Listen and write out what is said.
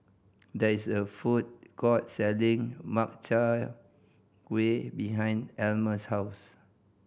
there is a food court selling Makchang Gui behind Almer's house